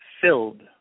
filled